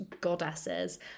goddesses